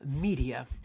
media